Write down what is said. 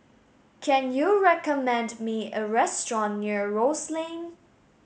can you recommend me a restaurant near Rose Lane